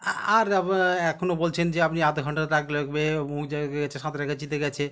আর এখনও বলছেন যে আপনি আধঘণ্টা লাগবে অমুক জায়গায় গিয়েছে সাঁতারগাছিতে গিয়েছে